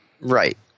Right